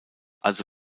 also